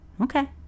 Okay